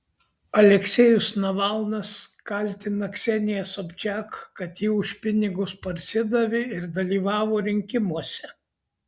aleksejus navalnas kaltina kseniją sobčak kad ji už pinigus parsidavė ir dalyvavo rinkimuose